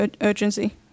urgency